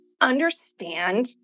understand